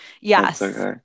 Yes